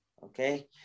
Okay